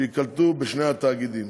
שייקלטו בשני התאגידים.